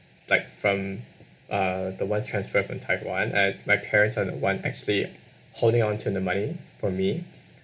like from uh the one transferred from taiwan and my parents are the one actually holding on to the money for me